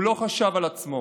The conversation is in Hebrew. הוא לא חשב על עצמו.